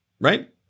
right